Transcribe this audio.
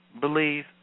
believe